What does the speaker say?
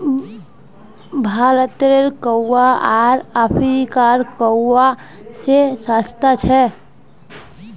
भारतेर कोकोआ आर अफ्रीकार कोकोआ स सस्ता छेक